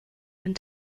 and